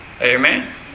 Amen